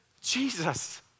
Jesus